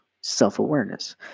self-awareness